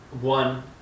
one